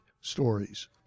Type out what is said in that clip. stories